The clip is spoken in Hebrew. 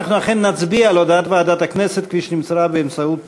אנחנו אכן נצביע על הודעת ועדת הכנסת כפי שנמסרה באמצעות